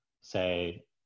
say